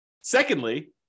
secondly